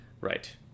Right